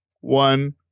one